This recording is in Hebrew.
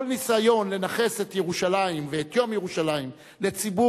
כל ניסיון לנכס את ירושלים ואת יום ירושלים לציבור